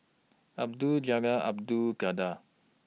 Abdul Jalil Abdul Kadir